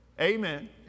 amen